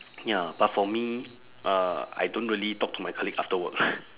ya but for me uh I don't really talk to my colleague after work